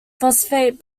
phosphate